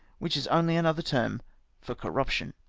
which is only another term for corruption.